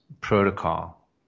protocol